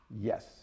yes